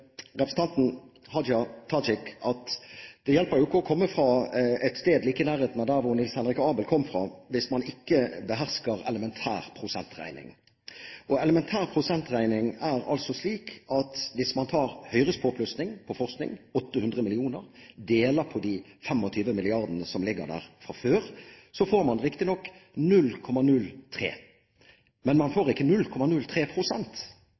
representanten Hadia Tajik: Det hjelper ikke å komme fra et sted like i nærheten av der Niels Henrik Abel kom fra, hvis man ikke behersker elementær prosentregning. Elementær prosentregning er slik: Hvis man tar Høyres påplussing på forskning som er 800 mill. kr, og deler på de 25 mrd. kr som ligger der fra før, får man riktignok 0,03, men man